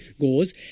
gauze